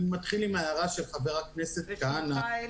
אני מתחיל עם ההערה של חבר הכנסת כהנא